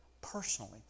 personally